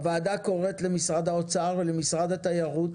הוועדה קוראת למשרד האוצר ולמשרד התיירות